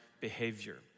Behavior